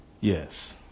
Yes